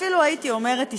אפילו הייתי אומרת היסטורי: